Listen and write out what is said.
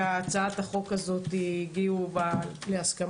שהגיעו בהצעה הזאת להסכמות.